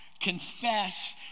confess